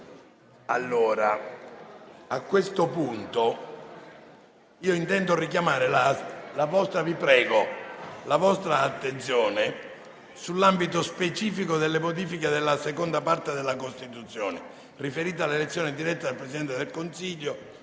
a vita. A questo punto intendo richiamare la vostra attenzione sull'ambito specifico delle modifiche della seconda parte della Costituzione, riferita all'elezione diretta del Presidente del Consiglio,